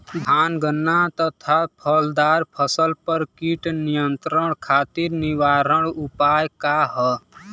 धान गन्ना तथा फलदार फसल पर कीट नियंत्रण खातीर निवारण उपाय का ह?